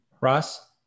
Ross